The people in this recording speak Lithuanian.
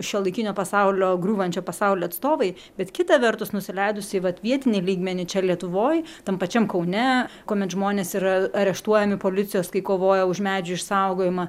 šiuolaikinio pasaulio griūvančio pasaulio atstovai bet kita vertus nusileidus į vat vietinį lygmenį čia lietuvoj tam pačiam kaune kuomet žmonės yra areštuojami policijos kai kovoja už medžių išsaugojimą